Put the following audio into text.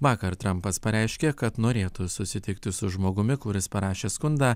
vakar trampas pareiškė kad norėtų susitikti su žmogumi kuris parašė skundą